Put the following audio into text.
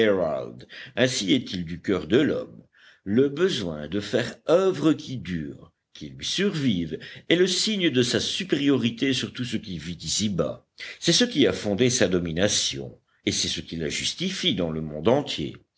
ainsi est-il du coeur de l'homme le besoin de faire oeuvre qui dure qui lui survive est le signe de sa supériorité sur tout ce qui vit ici-bas c'est ce qui a fondé sa domination et c'est ce qui la justifie dans le monde entier